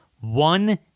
one